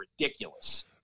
ridiculous